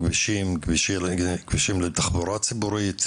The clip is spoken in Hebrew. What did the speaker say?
לכבישים - כבישים לתחבורה ציבורית,